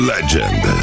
Legend